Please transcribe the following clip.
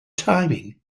timing